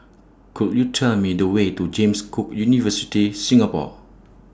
Could YOU Tell Me The Way to James Cook University Singapore